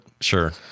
Sure